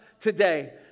today